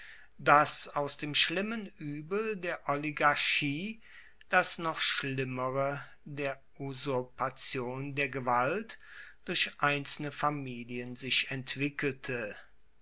dass aus dem schlimmen uebel der oligarchie das noch schlimmere der usurpation der gewalt durch einzelne familien sich entwickelte